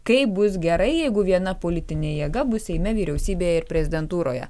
kai bus gerai jeigu viena politinė jėga bus seime vyriausybėje ir prezidentūroje